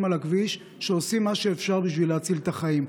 על הכביש שעושים מה שאפשר בשביל להציל את החיים,